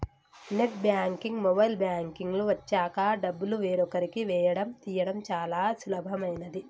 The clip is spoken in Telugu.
నెట్ బ్యాంకింగ్, మొబైల్ బ్యాంకింగ్ లు వచ్చాక డబ్బులు వేరొకరికి వేయడం తీయడం చాలా సులభమైనది